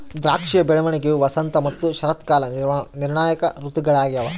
ದ್ರಾಕ್ಷಿಯ ಬೆಳವಣಿಗೆಯು ವಸಂತ ಮತ್ತು ಶರತ್ಕಾಲ ನಿರ್ಣಾಯಕ ಋತುಗಳಾಗ್ಯವ